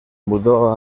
mudó